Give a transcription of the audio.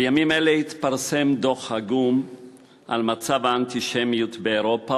בימים אלה התפרסם דוח עגום על מצב האנטישמיות באירופה,